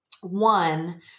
one